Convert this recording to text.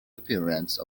appearance